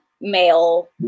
male